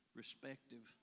respective